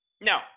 No